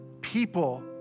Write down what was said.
people